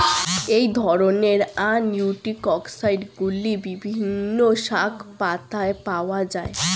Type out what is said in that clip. এই ধরনের অ্যান্টিঅক্সিড্যান্টগুলি বিভিন্ন শাকপাতায় পাওয়া য়ায়